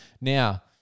Now